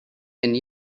and